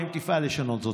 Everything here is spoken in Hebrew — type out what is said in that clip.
האם תפעל לשנות זאת?